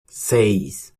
seis